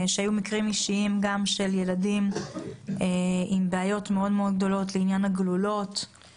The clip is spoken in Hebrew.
היו מקרים אישיים של ילדים עם בעיות מאוד גדולות לעניין הגלולות,